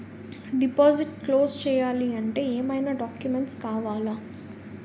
Deposit close చేయాలి అంటే ఏమైనా డాక్యుమెంట్స్ కావాలా?